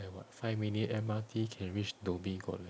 like what five minute M_R_T can reach dhoby ghaut leh